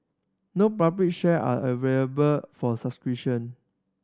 no public share are available for suspicion